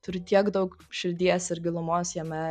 turi tiek daug širdies ir gilumos jame